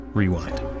rewind